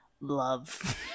love